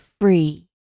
free